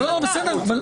לא, בסדר.